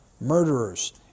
murderers